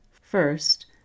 First